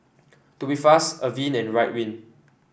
Tubifast Avene and Ridwind